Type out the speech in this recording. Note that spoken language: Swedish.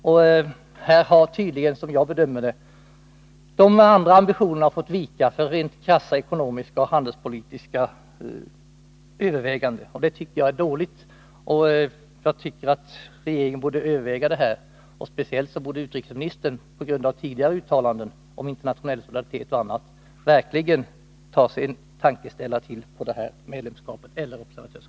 Och här har tydligen, som jag bedömer det, bl.a. solidaritetsambitionerna fått vika för krassa ekonomiska och handelspolitiska överväganden. Det tycker jag är dåligt. Regeringen och — mot bakgrund av tidigare uttalanden om bl.a. internationell solidaritet — speciellt utrikesministern borde verkligen en gång till betänka observatörsskapet i IGGI.